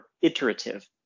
iterative